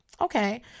Okay